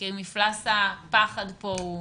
כי מפלס הפחד פה הוא